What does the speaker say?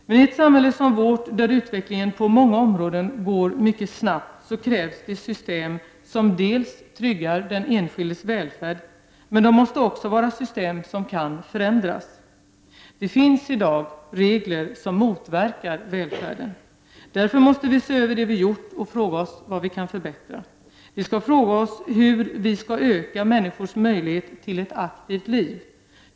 Men i ett samhälle som vårt, där utvecklingen på många områden går mycket snabbt, krävs det system som tryggar den enskildes välfärd men också system som kan förändras. Det finns i dag regler som motverkar välfärden. Därför måste vi se över det vi gjort och fråga oss vad vi kan förbättra. Vi skall fråga oss hur vi skall öka människors möjlighet till ett aktivt liv.